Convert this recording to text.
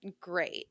great